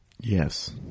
yes